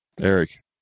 Eric